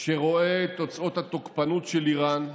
שרואה את תוצאות התוקפנות של איראן,